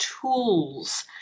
tools